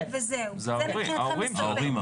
ההורים.